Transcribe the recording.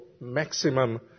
maximum